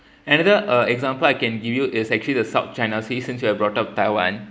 another uh example I can give you is actually the south china sea since you were brought up taiwan